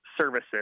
services